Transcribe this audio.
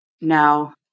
No